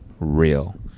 Real